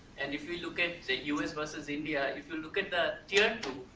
and if we look at, say, us versus india, if you look at the tier two,